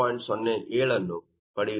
07 ಅನ್ನು ಪಡೆಯುತ್ತೀರಿ